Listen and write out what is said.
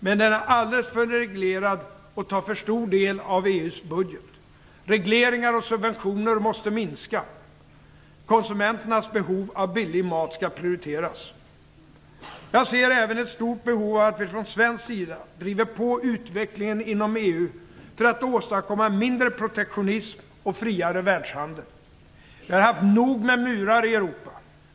Men den är alldeles för reglerad och tar för stor del av EU:s budget. Regleringar och subventioner måste minska. Konsumenternas behov av billig mat skall prioriteras. Jag ser även ett stort behov av att vi från svensk sida driver på utvecklingen inom EU för att åstadkomma mindre protektionism och friare världshandel. Vi har haft nog med murar i Europa.